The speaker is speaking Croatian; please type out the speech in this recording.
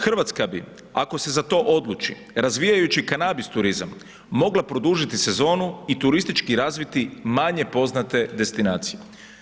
Hrvatska bi, ako se za to odluči, razvijajući kanabis turizam, mogla produžiti sezonu i turistički razviti manje poznate destinacije.